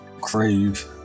crave